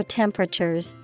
temperatures